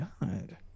god